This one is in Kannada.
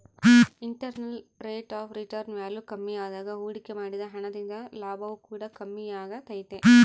internal rate of return value ಕಮ್ಮಿಯಾದಾಗ ಹೂಡಿಕೆ ಮಾಡಿದ ಹಣ ದಿಂದ ಲಾಭವು ಕೂಡ ಕಮ್ಮಿಯಾಗೆ ತೈತೆ